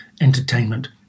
entertainment